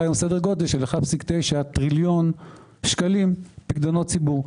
היום סדר גודל של 1.9 טריליון שקלים פיקדונות ציבור,